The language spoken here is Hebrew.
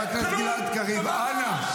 --- חבר הכנסת גלעד קריב, אנא.